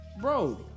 bro